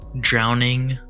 drowning